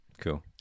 Cool